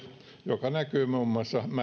mikä näkyy muun muassa